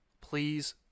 Please